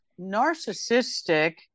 narcissistic